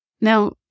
Now